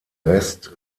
rest